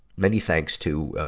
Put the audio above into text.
many thanks to, ah,